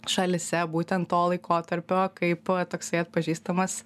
šalyse būtent to laikotarpio kaip toksai atpažįstamas